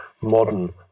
modern